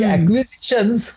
Acquisitions